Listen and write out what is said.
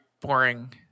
boring